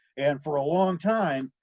and for a long time,